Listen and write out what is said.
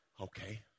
Okay